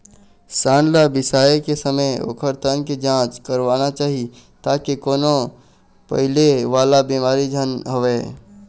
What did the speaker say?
सांड ल बिसाए के समे ओखर तन के जांच करवाना चाही ताकि कोनो फइले वाला बिमारी झन होवय